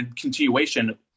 continuation